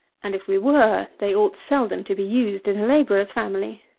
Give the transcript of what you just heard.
and if we were, they ought seldom to be used in a labourer's family.